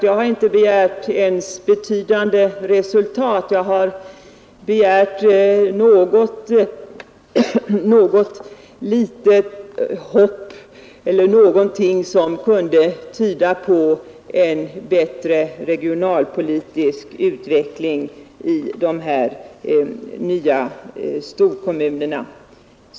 Jag har inte begärt några betydande resultat, jag har begärt något litet hopp, någonting som kunde tyda på en bättre regionalpolitisk utveckling i de här nya storkommunerna.